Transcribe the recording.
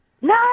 No